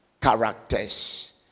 characters